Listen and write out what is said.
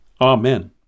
Amen